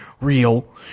real